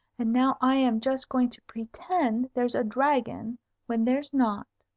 and now i am just going to pretend there's a dragon when there's not.